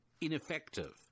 ineffective